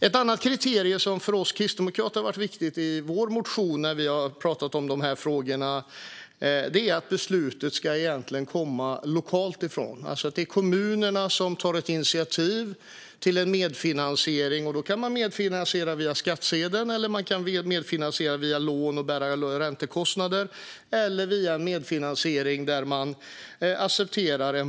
Ett annat kriterium som varit viktigt för oss kristdemokrater i vår motion om dessa frågor är att beslutet ska komma från den lokala nivån, det vill säga att kommunerna tar initiativ till en medfinansiering. Man kan då medfinansiera via skattsedeln eller via lån och bära räntekostnaderna, eller man kan ha en medfinansiering där en bompeng accepteras.